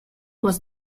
was